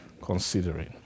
Considering